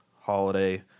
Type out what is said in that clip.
holiday